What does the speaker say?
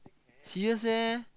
serious eh